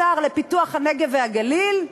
השר לפיתוח הנגב והגליל,